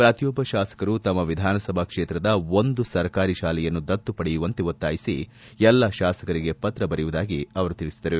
ಪ್ರತಿಯೊಬ್ಬ ಶಾಸಕರು ತಮ್ಮ ವಿಧಾನಸಭಾ ಕ್ಷೇತ್ರದ ಒಂದು ಸರ್ಕಾರಿ ಶಾಲೆಯನ್ನು ದತ್ತು ಪಡೆಯುವಂತೆ ಒತ್ತಾಯಿಸಿ ಎಲ್ಲಾ ಶಾಸಕರಿಗೆ ಪತ್ರ ಬರೆಯುವುದಾಗಿ ತಿಳಿಸಿದರು